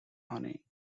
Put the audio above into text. honey